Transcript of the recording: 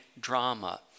drama